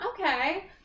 Okay